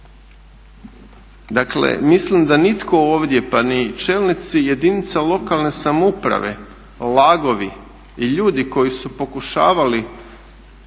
Dakle mislim da nitko ovdje, pa ni čelnici jedinica lokalne samouprave, lagovi i ljudi koji su pokušavali